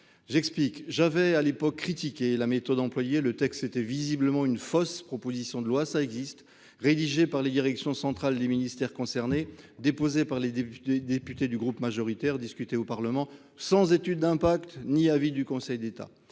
j'explique, j'avais à l'époque critiqué la méthode employée, le texte était visiblement une fausse, proposition de loi ça existe. Rédigé par la direction centrale des ministères concernés, déposée par les députés, les députés du groupe majoritaire discuté au Parlement sans étude d'impact ni avis du Conseil d'État.